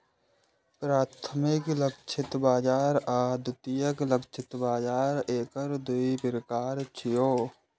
प्राथमिक लक्षित बाजार आ द्वितीयक लक्षित बाजार एकर दू प्रकार छियै